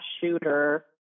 shooter